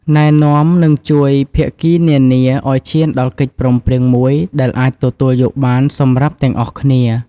ណែនាំ និងជួយភាគីនានាឱ្យឈានដល់កិច្ចព្រមព្រៀងមួយដែលអាចទទួលយកបានសម្រាប់ទាំងអស់គ្នា។